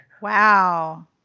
Wow